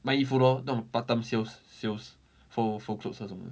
卖衣服 lor 那种 part time sales sales fold fold clothes 那种的